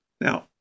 Now